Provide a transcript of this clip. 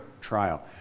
Trial